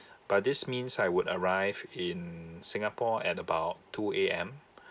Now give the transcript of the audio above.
but this means I would arrived in singapore at about two A_M